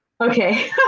okay